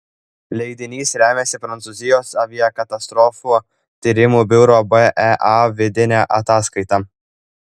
leidinys remiasi prancūzijos aviakatastrofų tyrimų biuro bea vidine ataskaita